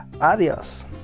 Adios